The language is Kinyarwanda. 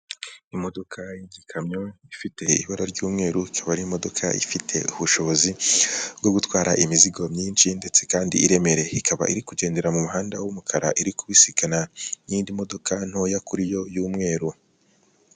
Imodoka y'ikamyo ifite ibara ry'umweru, ikiba ari imodoka ifite ubushobozi bwo gutwara imizigo myinshi ndetse kandi iremereye. Ikaba iri kugendera mu muhanda w'umukara iri kubisikana n'indi modoka ntoya kuri yo y'umweru.